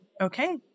Okay